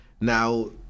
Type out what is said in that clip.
now